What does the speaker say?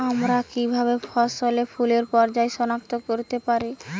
আমরা কিভাবে ফসলে ফুলের পর্যায় সনাক্ত করতে পারি?